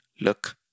look